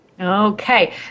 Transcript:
Okay